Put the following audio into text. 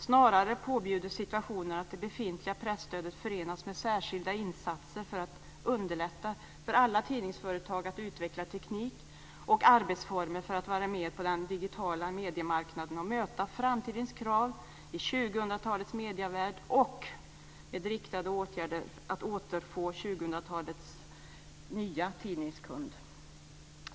Snarare påbjuder situationen att det befintliga presstödet förenas med särskilda insatser för att underlätta för alla tidningsföretag att utveckla teknik och arbetsformer för att vara med på den digitala mediemarknaden och möta framtidens krav i 2000-talets medievärld samt riktade åtgärder för att återfå 2000-talets nya tidningskund.